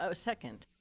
so second.